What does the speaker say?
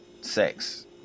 sex